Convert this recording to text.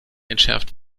entschärft